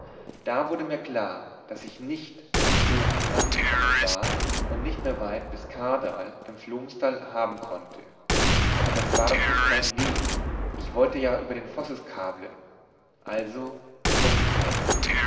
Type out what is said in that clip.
da wurde mir klar daß ich nach sogn hinabgekommen war und nicht mehr weit bis krdal im flomstal haben konnte aber das war doch nicht mein weg ich wollte ja über den vosseskavlen also umkehren